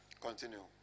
Continue